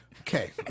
Okay